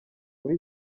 muri